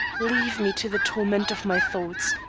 leave me to the torment of my thoughts.